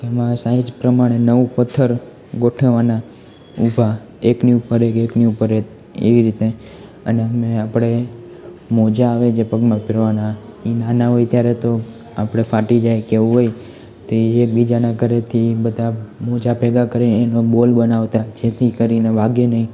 તેમાં સાઈઝ પ્રમાણે નવ પથ્થર ગોઠવાના ઊભા એકની ઉપર એક એકની ઉપર એક એવી રીતે અને મેં આપણે મોજા આવે જે પગમાં પહેરવાના એ નાના હોય ત્યારે તો આપણે ફાટી જાય કે એવું હોય તે એ એકબીજાના ઘરેથી બધા મોજા ભેગા કરીને એનો બોલ બનાવતા જેથી કરીને વાગે નહીં